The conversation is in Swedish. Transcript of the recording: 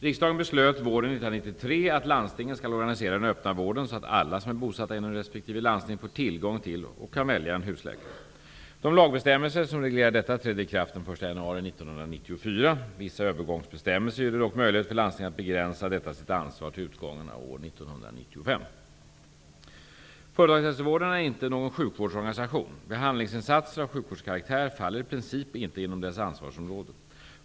Riksdagen beslutade våren 1993 att landstingen skall organisera den öppna vården så att alla som är bosatta inom respektive landsting får tillgång till och kan välja en husläkare. De lagbestämmelser som reglerar detta träder i kraft den 1 januari 1994. Vissa övergångsbestämmelser gör det dock möjligt för landstingen att begränsa detta sitt ansvar till utgången av år 1995. Företagshälsovården är inte någon sjukvårdsorganisation. Behandlingsinsatser av sjukvårdskaraktär faller i princip inte inom dess ansvarsområde.